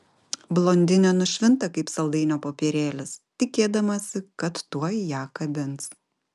blondinė nušvinta kaip saldainio popierėlis tikėdamasi kad tuoj ją kabins